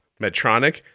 Medtronic